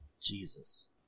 Jesus